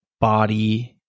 body